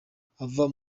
akava